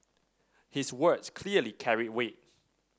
his words clearly carried weight